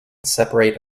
separate